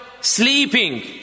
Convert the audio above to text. sleeping